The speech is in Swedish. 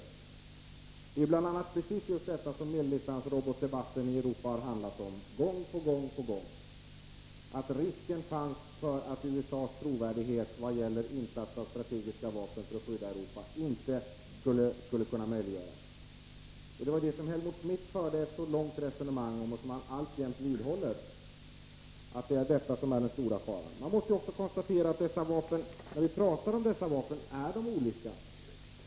Det som bl.a. medeldistansrobotsdebatten i Europa gång på gång har handlat om är ju just att risken finns för att USA:s trovärdighet i vad gäller insatser av strategiska vapen för att skydda Europa inte skall kunna upprätthållas. Det var detta som Helmut Schmidt förde ett så långt resonemang om, och han vidhåller det alltjämt. Det är denna risk som är den stora faran. Man måste också konstatera att de vapen som vi här talar om är olika.